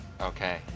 Okay